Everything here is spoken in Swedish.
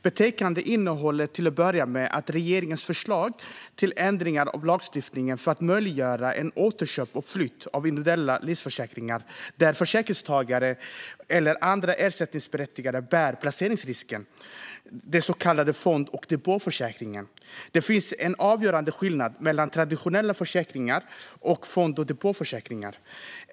Betänkandet innehåller till att börja med regeringens förslag till ändringar av lagstiftningen för att möjliggöra återköp och flytt av individuella livförsäkringar där försäkringstagare eller andra ersättningsberättigade bär placeringsrisken, så kallade fond och depåförsäkringar. Det finns en avgörande skillnad mellan traditionella försäkringar och fond och depåförsäkringar.